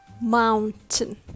mountain